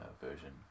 version